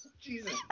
Jesus